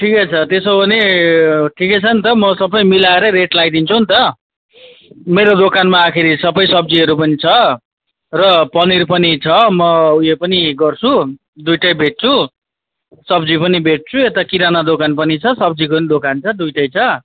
ठिकै छ त्यसो भने ठिकै छ नि त म सबै मिलाएरै रेट लाइदिन्छु नि त मेरो दोकानमा आखिरी सबै सब्जीहरू पनि छ र पनिर पनि छ म उयो पनि गर्छु दुइटै बेच्छु सब्जी पनि बेच्छु यता किराना दोकान पनि छ सब्जीको पनि दोकान छ दुइटै छ